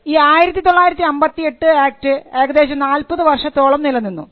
ഈ 1958 ആക്ട് ഏകദേശം 40 വർഷത്തോളം നിലനിന്നു